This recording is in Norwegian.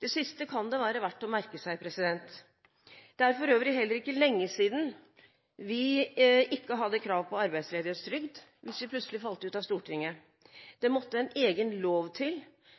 Det siste kan det være verdt å merke seg. Det er for øvrig heller ikke lenge siden vi ikke hadde krav på arbeidsledighetstrygd hvis vi plutselig falt ut av Stortinget.